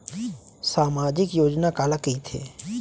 सामाजिक योजना काला कहिथे?